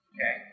Okay